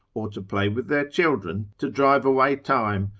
or to play with their children to drive away time,